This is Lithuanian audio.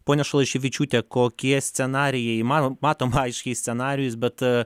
ponia šalaševičiūte kokie scenarijai įmanom matom aiškiai scenarijus bet